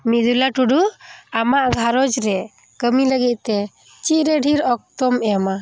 ᱢᱤᱨᱤᱞᱟ ᱴᱩᱰᱩ ᱟᱢᱟᱜ ᱜᱷᱟᱸᱨᱚᱡᱽ ᱨᱮ ᱠᱟᱹᱢᱤ ᱞᱟᱹᱜᱤᱫ ᱛᱮ ᱪᱮᱫ ᱨᱮ ᱰᱷᱮᱨ ᱚᱠᱛᱚᱢ ᱮᱢᱟ